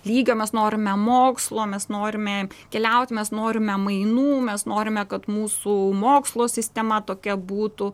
lygio mes norime mokslo mes norime keliauti mes norime mainų mes norime kad mūsų mokslo sistema tokia būtų